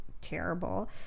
Terrible